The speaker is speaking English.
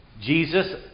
Jesus